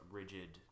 rigid